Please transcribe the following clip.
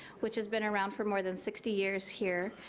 which has been around for more than sixty years here,